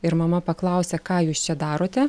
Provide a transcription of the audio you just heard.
ir mama paklausia ką jūs čia darote